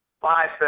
Five